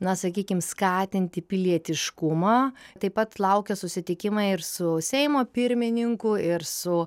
na sakykim skatinti pilietiškumą taip pat laukia susitikimai ir su seimo pirmininku ir su